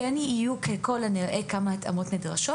כן יהיו, ככל הנראה, כמה התאמות נדרשות.